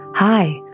Hi